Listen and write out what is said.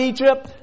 Egypt